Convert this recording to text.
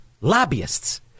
Lobbyists